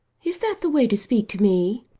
is that the way to speak to me?